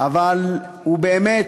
אבל באמת,